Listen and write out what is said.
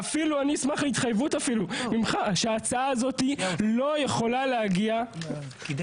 ואני אשמח להתחייבות ממך שהצעה כזאת לא יכולה להגיע לדיון